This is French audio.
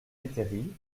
métairie